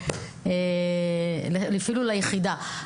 אפילו ליחידה.